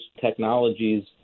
technologies